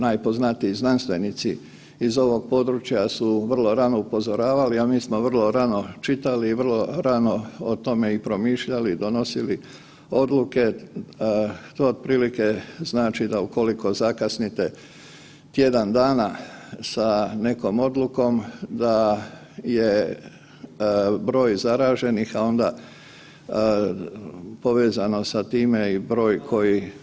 Najpoznatiji znanstvenici iz ovog područja su vrlo rano upozoravali, a mi smo vrlo rano čitali i vrlo rano o tome i promišljali i donosili odluke, to otprilike znači da ukoliko zakasnite tjedan dana sa nekom odlukom, da je broj zaraženih a onda, povezano sa time i broj koji